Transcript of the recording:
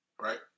Right